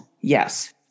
Yes